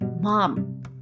mom